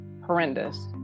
horrendous